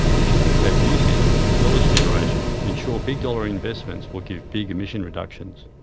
we should think about usage, as well as generation to ensure big dollar investments will give big emission reductions.